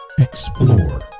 Explore